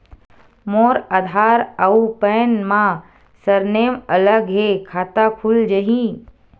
मोर आधार आऊ पैन मा सरनेम अलग हे खाता खुल जहीं?